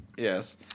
Yes